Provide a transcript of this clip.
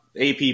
AP